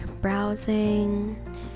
browsing